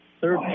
third